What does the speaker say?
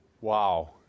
Wow